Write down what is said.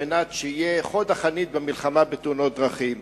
על מנת שיהיה חוד החנית במלחמה בתאונות הדרכים.